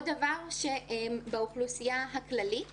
דבר נוסף, באוכלוסייה הכללית